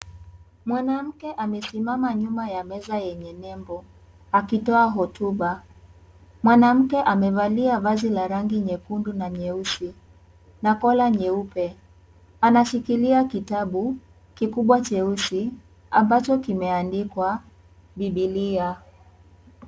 Mwanamke amesimama nyuma ya meza yenye nembo akitoa hutuba mwanamke amevalia vazi ya rangi ya nyekundu na nyeusi na kola nyeupe ameshikilia kitabu kikubwa cheusi ambacho kimeandikwa bibilia.